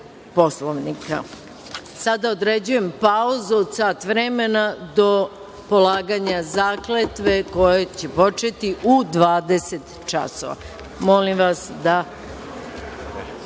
Poslovnika. Određujem pauzu od sat vremena do polaganja zakletve koja će početi u 20,00 časova. Molim vas da